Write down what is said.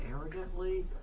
arrogantly